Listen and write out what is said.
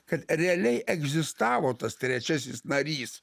kad realiai egzistavo tas trečiasis narys